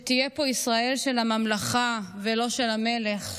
שתהיה פה ישראל של הממלכה, ולא של המלך,